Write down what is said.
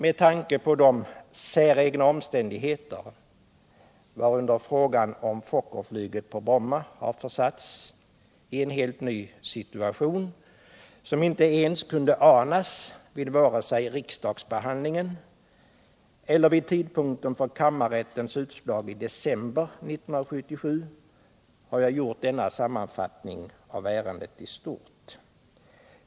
Med tanke på de säregna omständigheter genom vilka frågan om Fokkerflyget på Bromma har försatts i en helt ny situation, som inte ens kunde anas vare sig vid riksdagsbehandlingen eller vid tidpunkten för kammarrättens utslag i december 1977, har jag gjort denna sammanfattning av ärendet i stort.